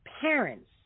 parents